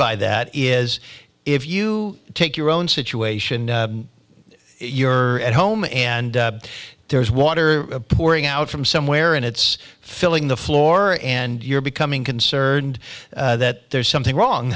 by that is if you take your own situation you're at home and there's water pouring out from somewhere and it's filling the floor and you're becoming concerned that there's something wrong